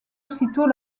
aussitôt